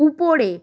উপরে